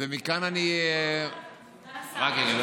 מכאן אני, סגן השר רק רגע.